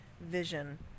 vision